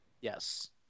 Yes